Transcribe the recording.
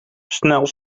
snel